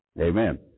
Amen